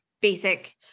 basic